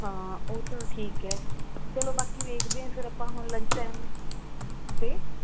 ਹਾਂ ਉਹ ਤਾਂ ਠੀਕ ਹੈ ਚਲੋ ਬਾਕੀ ਵੇਖਦੇ ਹਾਂ ਫਿਰ ਆਪਾਂ ਹੁਣ ਲੰਚ ਟਾਈਮ ਅਤੇ